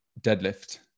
deadlift